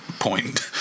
point